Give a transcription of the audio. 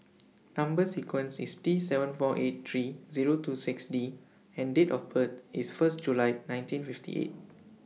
Number sequence IS T seven four eight three Zero two six D and Date of birth IS First July nineteen fifty eight